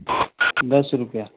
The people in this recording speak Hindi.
दस रुपया